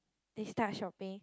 they start shopping